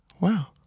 Wow